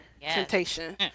temptation